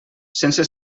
sense